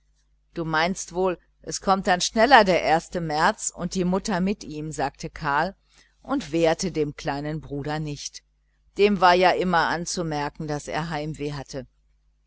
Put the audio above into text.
du meinst wohl es kommt dann schneller der märz und die mutter mit ihm sagte karl und wehrte dem kleinen bruder nicht dem war ja immer anzumerken daß er heimweh hatte